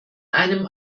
einem